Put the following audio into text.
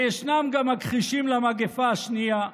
וישנם גם שמכחישים של המגפה השנייה,